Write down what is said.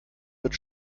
wird